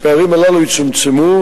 כשהפערים הללו יצומצמו,